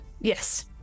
yes